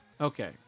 Okay